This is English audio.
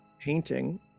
painting